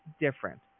different